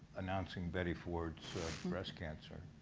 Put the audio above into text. announcing betty ford's breast cancer.